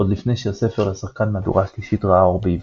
עוד לפני שהספר לשחקן מהדורה שלישית ראה אור בעברית.